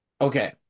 Okay